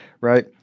right